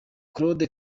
claude